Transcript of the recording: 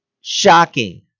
shocking